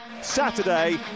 Saturday